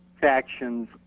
factions